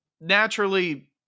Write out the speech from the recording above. naturally